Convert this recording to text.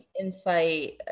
insight